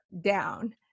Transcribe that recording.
down